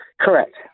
Correct